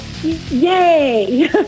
Yay